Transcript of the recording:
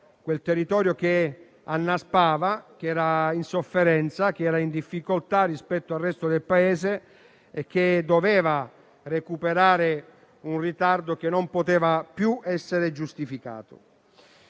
quel territorio che annaspava, che era in sofferenza, in difficoltà rispetto al resto del Paese e che doveva recuperare un ritardo che non poteva più essere giustificato.